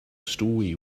story